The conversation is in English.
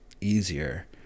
easier